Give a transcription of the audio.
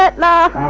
but la